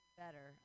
better